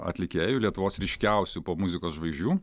atlikėjų lietuvos ryškiausių popmuzikos žvaigždžių